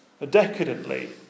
decadently